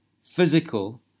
physical